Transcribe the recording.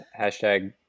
hashtag